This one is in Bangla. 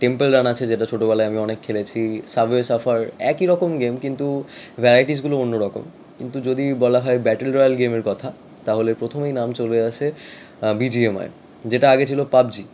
টেম্পল রান আছে যেটা ছোটবেলায় আমি অনেক খেলেছি সাবওয়ে সার্ফার একই রকম গেম কিন্তু ভ্যারাইটিজগুলো অন্যরকম কিন্তু যদি বলা হয় ব্যাটল রয়্যাল গেমের কথা তাহলে প্রথমেই নাম চলে আসে বিজিএমআইয়ের যেটা আগে ছিল পাবজি